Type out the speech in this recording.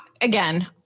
again